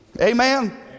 Amen